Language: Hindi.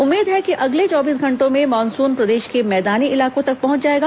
उम्मीद है कि अगले चौबीस घंटों में मानसून प्रदेश के मैदानी इलाकों तक पहुंच जाएगा